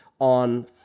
on